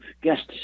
guests